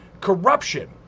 corruption